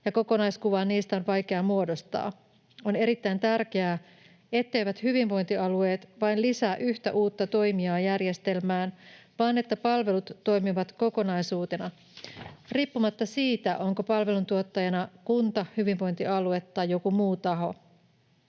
kokonaiskuvaa niistä on vaikea muodostaa. On erittäin tärkeää, etteivät hyvinvointialueet vain lisää yhtä uutta toimijaa järjestelmään vaan että palvelut toimivat kokonaisuutena riippumatta siitä, onko palveluntuottajana kunta, hyvinvointialue tai joku muu taho.